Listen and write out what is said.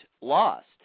Lost